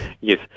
yes